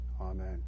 Amen